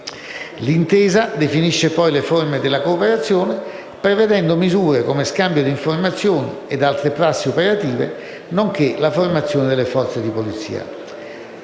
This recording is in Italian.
L'intesa definisce poi le forme della cooperazione, prevedendo misure come lo scambio di informazioni ed altre prassi operative, nonché la formazione delle forze di polizia.